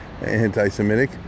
anti-Semitic